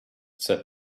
said